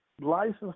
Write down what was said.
license